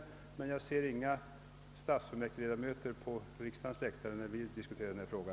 Jag ser dock inte några — stadsfullmäktigeledamöter på riksdagens läktare när vi diskuterar denna fråga.